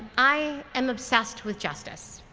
i am obsessed with justice.